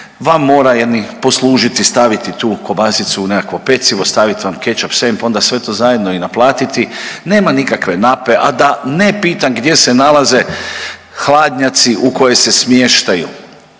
vam mora jadnik poslužiti, staviti tu kobasicu u nekakvo pecivo, stavit vam kečap, senf onda sve to zajedno i naplatiti. Nema nikakve nape, a da ne pitam gdje se nalaze hladnjaci u koje se smještaju